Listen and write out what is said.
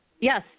Yes